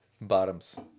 Bottoms